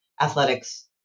athletics